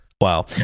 Wow